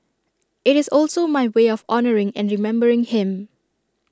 IT is also my way of honouring and remembering him